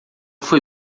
foi